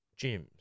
gyms